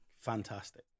fantastic